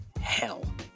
hell